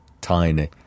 Tiny